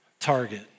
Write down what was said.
target